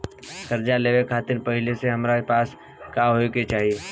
कर्जा लेवे खातिर पहिले से हमरा पास का होए के चाही?